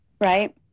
Right